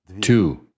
two